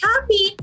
Happy